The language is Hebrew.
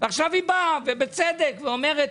עכשיו היא באה, ובצדק, ואומרת: